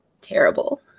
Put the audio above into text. terrible